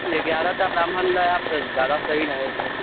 एगारहटा ब्राम्हण लायब तऽ जादा सही रहत